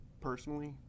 personally